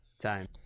time